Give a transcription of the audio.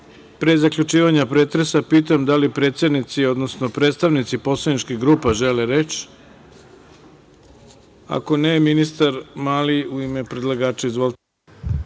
pre zaključivanja pretresa, pitam da li predsednici, odnosno predstavnici poslaničkih grupa žele reč? Ako ne, ministar Mali u ime predlagača, izvolite.